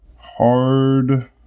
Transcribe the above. Hard